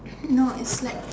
is no is like